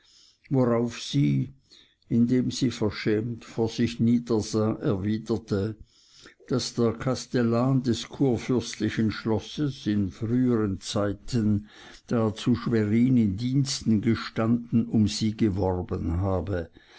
worauf sie indem sie verschämt vor sich niedersah erwiderte daß der kastellan des kurfürstlichen schlosses in früheren zeiten da er zu schwerin in diensten gestanden um sie geworben habe